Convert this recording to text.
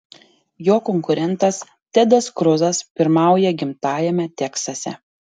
jo konkurentas tedas kruzas pirmauja gimtajame teksase